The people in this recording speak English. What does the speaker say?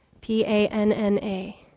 P-A-N-N-A